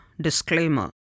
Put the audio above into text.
disclaimer